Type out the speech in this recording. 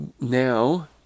now